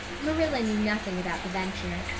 marilla knew nothing about the venture.